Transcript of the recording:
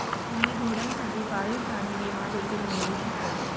तुम्ही घोड्यांसाठी पाळीव प्राणी विमा देखील मिळवू शकता